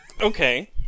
Okay